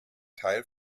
teil